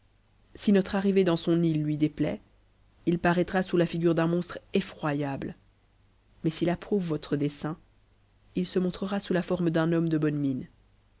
si notre arrivée dans son tle lui déptaît il paraîtra sous la figure d'un monstre effroyable mais s'il approuve votre dessein il se montrera sous la forme d'un homme de bonne mine